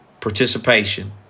participation